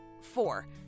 Four